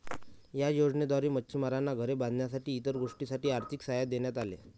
या योजनेद्वारे मच्छिमारांना घरे बांधण्यासाठी इतर गोष्टींसाठी आर्थिक सहाय्य देण्यात आले